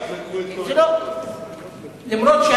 זה לא, רק בעירק לקחו את כל הקרקעות.